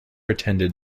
attended